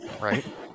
Right